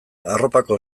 arropako